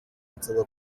ansaba